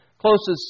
closest